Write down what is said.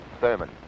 Thurman